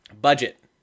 budget